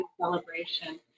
celebration